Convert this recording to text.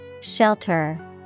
Shelter